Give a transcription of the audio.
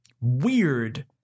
weird